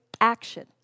action